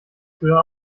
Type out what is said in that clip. früher